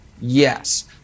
Yes